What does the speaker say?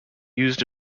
used